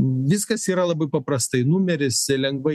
viskas yra labai paprastai numeris lengvai